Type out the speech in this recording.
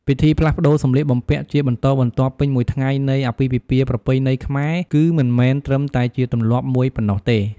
ពិធីផ្លាស់ប្ដូរសម្លៀកបំពាក់ជាបន្តបន្ទាប់ពេញមួយថ្ងៃនៃអាពាហ៍ពិពាហ៍ប្រពៃណីខ្មែរ គឺមិនមែនត្រឹមតែជាទម្លាប់មួយប៉ុណ្ណោះទេ។